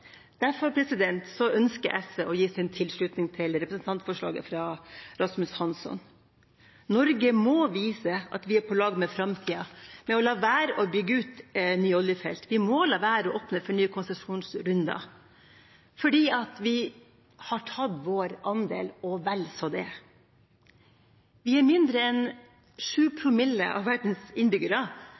Derfor ønsker SV å gi sin tilslutning til representantforslaget fra Rasmus Hansson. Norge må vise at vi er på lag med framtiden ved å la være å bygge ut nye oljefelt. Vi må la være å åpne for nye konsesjonsrunder, for vi har tatt vår andel og vel så det. Vi er mindre enn 7 promille av verdens innbyggere,